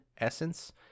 essence